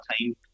time